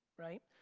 right?